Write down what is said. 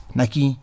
Naki